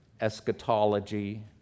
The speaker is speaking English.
Eschatology